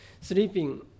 sleeping